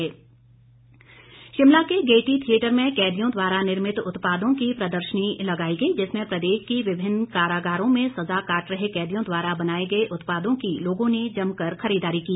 कैदी उत्पाद शिमला के गेयटी थियेटर में कैदियों द्वारा निर्मित उत्पादों की प्रदर्शनी लगाई गयी जिसमें प्रदेश की विभिन्न कारागारों में सजा काट रहे कैदियों ने द्वारा बनाए गए उत्पादों की लोगों ने जमकर खरीददारी की